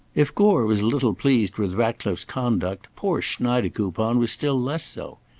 if gore was little pleased with ratcliffe's conduct, poor schneidekoupon was still less so.